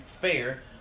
Fair